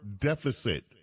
deficit